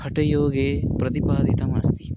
हठयोगे प्रतिपादितमस्ति